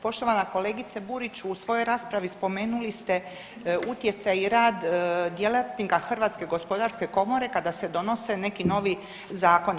Poštovana kolegice Burić u svojoj raspravi spomenuli ste utjecaj i rad djelatnika Hrvatske gospodarske komore kada se donose neki novi zakoni.